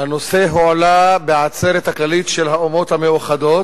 הועלה הנושא בעצרת הכללית של האומות המאוחדות,